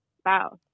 spouse